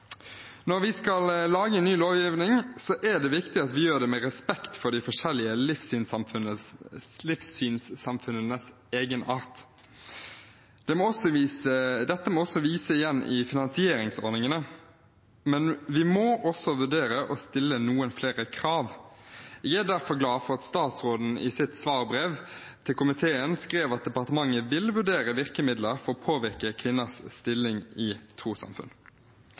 Når vi skal lage ny lovgivning, er det viktig at vi gjør det med respekt for de forskjellige livssynssamfunnenes egenart. Dette må også vises i finansieringsordningene. Men vi må også vurdere å stille noen flere krav. Jeg er derfor glad for at statsråden i sitt svarbrev til komiteen skrev at departementet vil vurdere virkemidler for å påvirke kvinners stilling i trossamfunn.